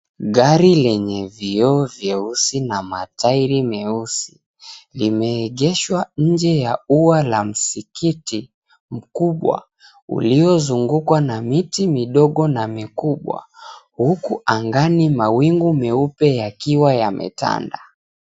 Gari lenye vioo vyeusi na matairi meusi limeegeshwa nje 𝑦a ua la msikiti mkubwa uliyozungukwa na miti midogo na mikubwa, huku angani mawingu meupe yakiwa yametanda.